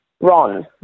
Ron